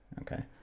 okay